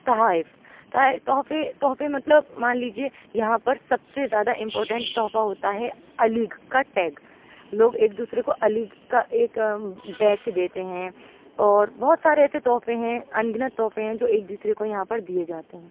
تحائف تحفے مطلب مان لیجیے یہاں پر سب سے زیادہ امپارٹینٹ تحفہ ہوتا ہے علیگ کا ٹیگ لوگ ایک دوسرے کو علیگ کا ایک بیچ دیتے ہیں اور بہت سارے ایسے تحفے ہیں ان گنت تحفے ہیں جو ایک دوسرے کو یہاں پر دیے جاتے ہیں